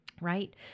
right